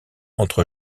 entre